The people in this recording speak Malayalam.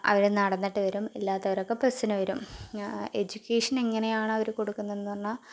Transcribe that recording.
അവർ നടന്നിട്ട് വരും ഇല്ലാത്തവരൊക്കെ ബസ്സിനു വരും എജുക്കേഷൻ എങ്ങനെയാണവർ കൊടുക്കുന്നതെന്ന് പറഞ്ഞാൽ